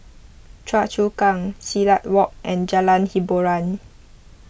Choa Chu Kang Silat Walk and Jalan Hiboran